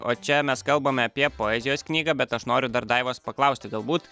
o čia mes kalbame apie poezijos knygą bet aš noriu dar daivos paklausti galbūt